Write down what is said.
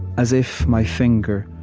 as if my finger,